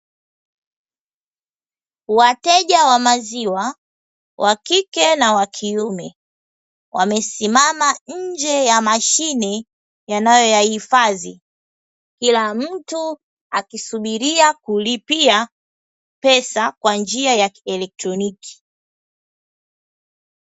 Wateja wa maziwa, wa kike na wa kiume, wamesimama nje ya mashine yanayoyahifadhi, kila mtu akisubiria kulipia pesa kwa njia ya kielektroniki.